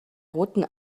roten